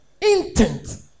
Intent